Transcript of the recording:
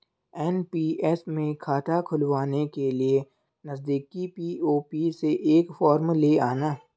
NPS में खाता खुलवाने के लिए नजदीकी पी.ओ.पी से एक फॉर्म ले आना